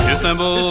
Istanbul